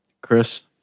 Chris